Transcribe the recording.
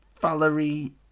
Valerie